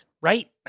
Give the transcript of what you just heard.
right